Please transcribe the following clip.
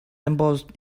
embossed